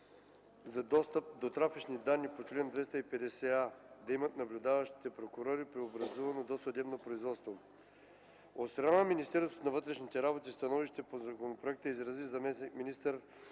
на достъп до трафични данни по чл. 250а да имат наблюдаващите прокурори при образувано досъдебно производство. От страна на Министерството на вътрешните работи становище по законопроекта изрази заместник-министър